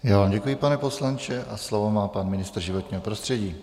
Já vám děkuji, pane poslanče, a slovo má pan ministr životního prostředí.